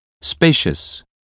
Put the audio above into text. spacious